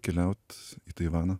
keliaut į taivaną